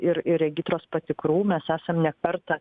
ir ir regitros patikrų mes esam ne kartą